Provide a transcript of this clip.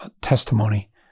testimony